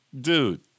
dude